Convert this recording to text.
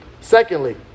Secondly